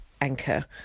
anchor